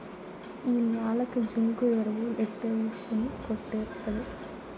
ఈ న్యాలకి జింకు ఎరువు ఎత్తే ఉప్పు ని కొట్టేత్తది